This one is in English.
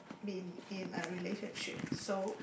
been in a relationship so